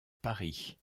paris